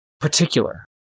particular